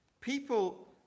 people